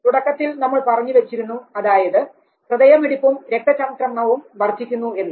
തുടക്കത്തിൽ നമ്മൾ പറഞ്ഞു വച്ചിരുന്നു അതായത് ഹൃദയമിടിപ്പും രക്തചംക്രമണവും വർധിക്കുന്നു എന്ന്